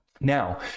Now